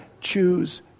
choose